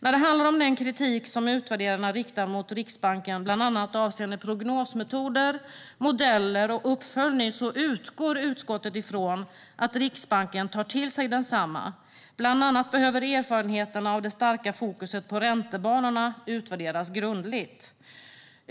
När det handlar om den kritik som utvärderarna riktar mot Riksbanken avseende bland annat prognosmetoder, modeller och uppföljning utgår utskottet från att Riksbanken tar till sig densamma. Bland annat behöver erfarenheterna av det starka fokuset på räntebanorna utvärderas grundligt.